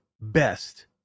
best